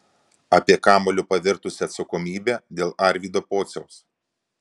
apie kamuoliu pavirtusią atsakomybę dėl arvydo pociaus